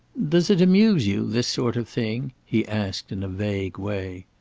does it amuse you, this sort of thing? he asked in a vague way.